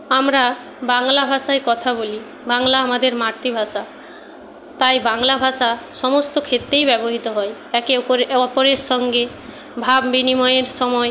আমরা বাংলা ভাষায় কথা বলি বাংলা আমাদের মাতৃভাষা তাই বাংলা ভাষা সমস্ত ক্ষেত্রেই ব্যবহৃত হয় একে অপরের সঙ্গে ভাব বিনিময়ের সময়